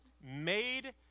made